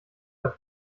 der